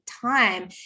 time